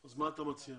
אז מה אתה מציע?